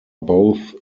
both